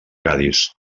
cadis